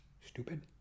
Stupid